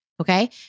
okay